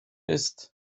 ist